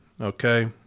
Okay